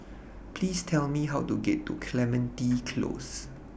Please Tell Me How to get to Clementi Close